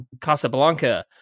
Casablanca